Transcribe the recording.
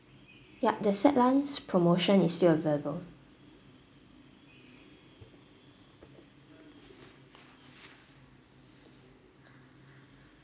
yup the set lunch promotion is still available